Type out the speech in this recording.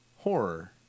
horror